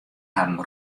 harren